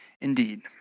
indeed